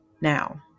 now